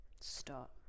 Stop